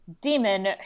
demon